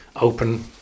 open